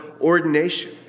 ordination